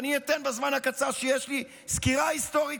אני אתן בזמן הקצר שיש לי סקירה היסטורית